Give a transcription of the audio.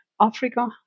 Africa